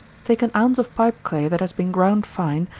take an ounce of pipe clay that has been ground fine,